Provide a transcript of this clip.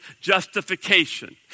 justification